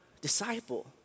disciple